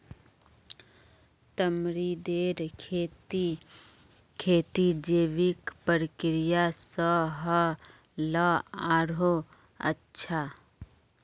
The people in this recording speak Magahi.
तमरींदेर खेती जैविक प्रक्रिया स ह ल आरोह अच्छा